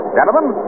Gentlemen